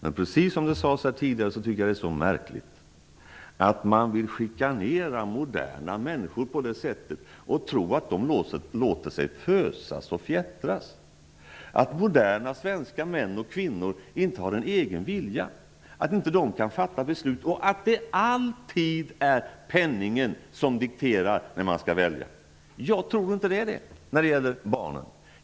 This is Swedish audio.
Men precis som det sades här tidigare så tycker jag att det är märkligt att man vill chickanera moderna människor på det sättet och tro att de låter sig fösas och fjättras! Man tror att moderna svenska män och kvinnor inte har en egen vilja, att de inte kan fatta beslut och att det alltid är penningen som dikterar när de skall välja. Jag tror inte att det är det när det gäller barnen.